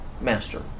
master